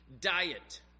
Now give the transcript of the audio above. diet